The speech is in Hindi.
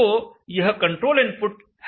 तो यह कंट्रोल इनपुट है